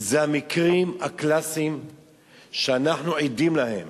אלה המקרים הקלאסיים שאנחנו עדים להם,